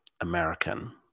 American